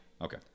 Okay